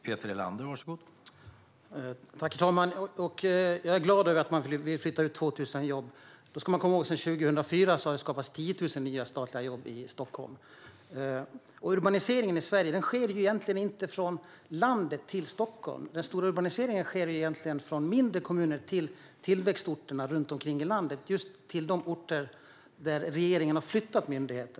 Herr talman! Jag är glad över att man vill flytta ut 2 000 jobb; då ska man komma ihåg att det sedan 2004 har skapats 10 000 nya statliga jobb i Stockholm. Urbaniseringen i Sverige sker egentligen inte från landet till Stockholm utan från mindre kommuner till tillväxtorterna runt omkring i landet, till de orter dit regeringen har flyttat myndigheter.